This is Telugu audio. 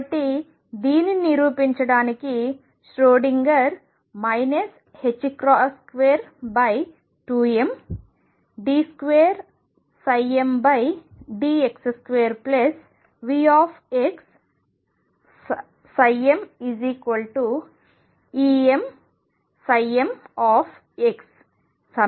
కాబట్టి దీనిని నిరూపించడానికి ష్రోడింగర్ 22md2mdx2VxmEmm సమీకరణాలను తీసుకుందాం